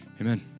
Amen